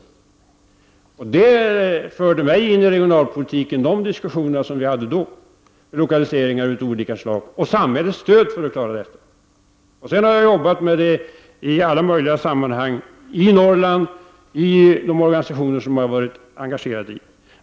De diskussioner som vi då hade förde mig in i regionalpolitiken med lokaliseringar av olika slag och samhällets stöd för att klara detta. Sedan har jag arbetat med regionalpolitik i alla möjliga sammanhang i Norrland och i de organisationer som jag har varit engagerad i.